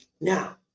Now